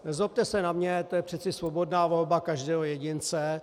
Nezlobte se na mě, ale to je přece svobodná volba každého jedince.